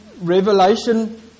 revelation